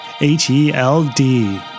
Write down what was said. H-E-L-D